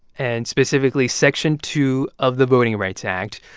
and specifically section two of the voting rights act,